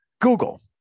Google